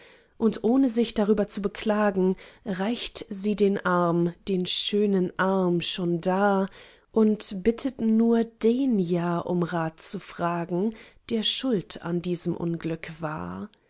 und ohne sich darüber zu beklagen reicht sie den arm den schönen arm schon dar und bittet nur den ja um rat zu fragen der schuld an diesem unglück war